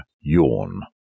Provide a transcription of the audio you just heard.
yawn